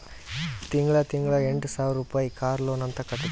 ತಿಂಗಳಾ ತಿಂಗಳಾ ಎಂಟ ಸಾವಿರ್ ರುಪಾಯಿ ಕಾರ್ ಲೋನ್ ಅಂತ್ ಕಟ್ಬೇಕ್